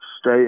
stay